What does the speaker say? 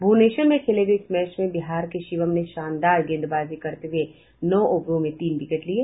भुवनेश्वर में खेले गये इस मैच में बिहार के शिवम ने शानदार गेंदबाजी करते हुए नौ ओवरों में तीन विकेट लिये